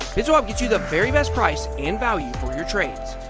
bitswap gets you the very best price and value for your trades.